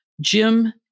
Jim